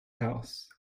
house